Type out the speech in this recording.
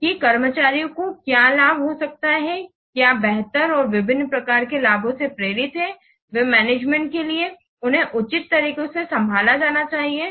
कि कर्मचारियों को क्या लाभ हो सकता हैं क्या बेहतर और विभिन्न प्रकार के लाभों से प्रेरित है वे मैनेजमेंट के लिए उन्हें उचित तरीके से संभाला जाना चाहिए